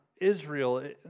Israel